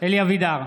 אלי אבידר,